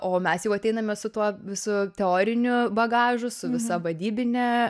o mes jau ateiname su tuo visu teoriniu bagažu su visa vadybine